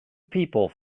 people